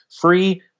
free